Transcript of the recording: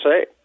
say